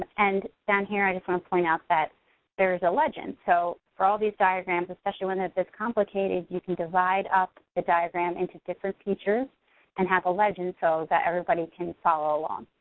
and down here, i just wanna point out that there's a legend, so for all these diagrams especially when they're this complicated, you can divide up the diagram into different features and have a legend so that everybody can follow along.